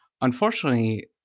Unfortunately